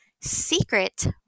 secret